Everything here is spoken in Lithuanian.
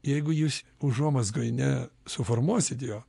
jeigu jūs užuomazgoj ne suformuosit jo